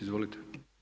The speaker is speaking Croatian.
Izvolite.